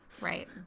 Right